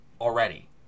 Already